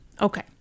Okay